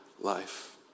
life